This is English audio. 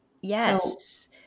Yes